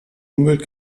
umwelt